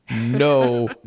No